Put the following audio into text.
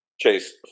Chase